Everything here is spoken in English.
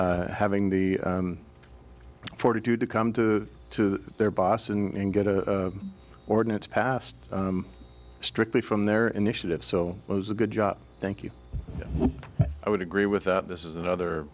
having the fortitude to come to to their boss and get a ordinance passed strictly from their initiative so it was a good job thank you i would agree with that this is another